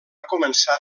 començar